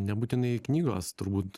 nebūtinai knygos turbūt